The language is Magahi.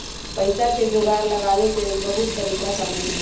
पइसा के जोगार लगाबे के लेल बहुते तरिका शामिल हइ